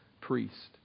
priest